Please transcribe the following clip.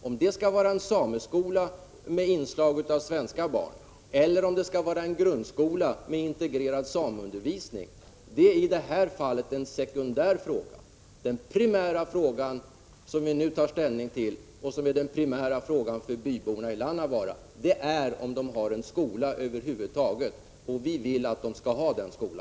Om det skall vara en sameskola med inslag av svenska barn eller om det skall vara en grundskola med integrerad sameundervisning är i det här fallet en sekundär fråga. Det primära för byborna i Lannavaara är att de över huvud taget har en skola, och det är den frågan vi nu har att ta ställning till. Vi vill att de skall ha en skola.